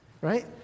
right